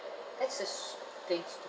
that's the stupid things